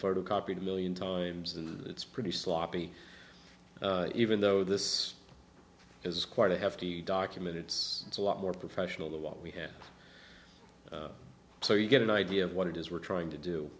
photocopied a million times and it's pretty sloppy even though this is quite a hefty document it's a lot more professional the what we have so you get an idea of what it is we're trying to do